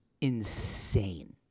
insane